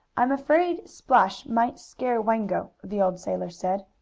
i'm afraid splash might scare wango, the old sailor said.